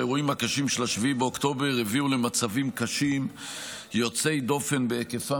האירועים הקשים של 7 באוקטובר הביאו למצבים קשים יוצאי דופן בהיקפם,